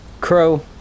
Crow